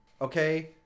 okay